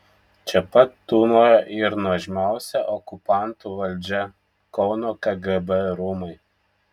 čia pat tūnojo ir nuožmiausia okupantų valdžia kauno kgb rūmai